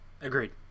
Agreed